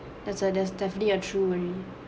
that's a def definitely a true worry